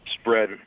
spread